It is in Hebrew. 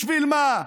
בשביל מה?